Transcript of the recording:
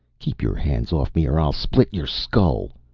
keep your hands off me, or i'll split your skull.